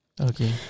Okay